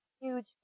huge